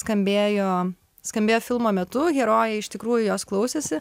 skambėjo skambėjo filmo metu herojai iš tikrųjų jos klausėsi